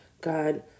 God